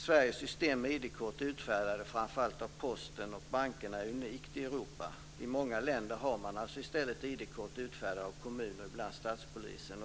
Sveriges system med ID-kort utfärdade framför allt av Posten och bankerna är unikt i Europa. I många länder har man i stället ID-kort utfärdade av kommuner, och ibland av statspolisen.